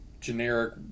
generic